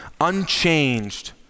unchanged